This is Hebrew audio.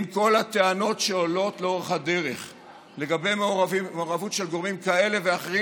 עם כל הטענות שעולות לאורך הדרך על מעורבות של גורמים כאלה ואחרים,